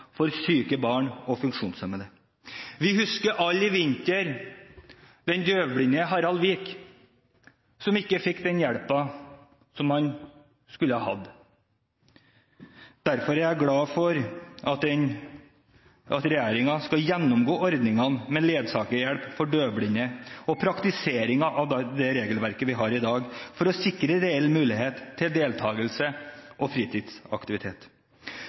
for syke barn og funksjonshemmede. Vi husker alle i vinter den døvblinde Harald Vik som ikke fikk den hjelpen som han skulle hatt. Derfor er jeg glad for at regjeringen skal gjennomgå ordningene med ledsagerhjelp for døvblinde og praktiseringen av det regelverket vi har i dag, for å sikre reell mulighet til deltakelse i fritidsaktivitet.